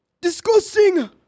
Disgusting